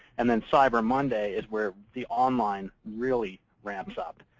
and then cyber monday is where the online really ramps up.